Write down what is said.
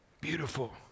Beautiful